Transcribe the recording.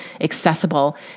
accessible